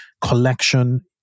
collection